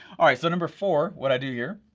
alright so number four, what i do here.